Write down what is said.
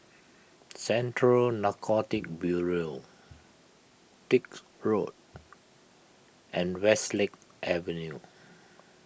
Central Narcotics Bureau Dix Road and Westlake Avenue